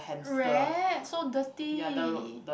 rat so dirty